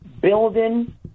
building